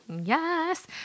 Yes